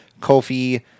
Kofi